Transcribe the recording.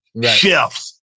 chefs